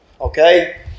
Okay